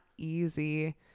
easy